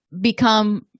become